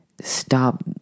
stop